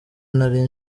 nari